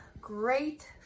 great